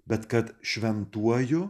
bet kad šventuoju